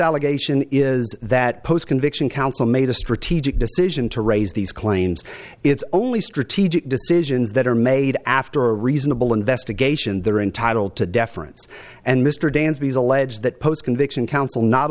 allegation is that post conviction counsel made a strategic decision to raise these claims it's only strict decisions that are made after a reasonable investigation they're entitled to deference and mr danby's allege that post conviction counsel not